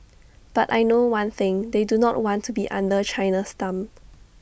but I know one thing they do not want to be under China's thumb